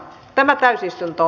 tämä täysistunto